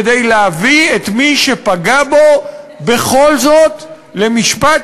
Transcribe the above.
כדי להביא את מי שפגע בו בכל זאת למשפט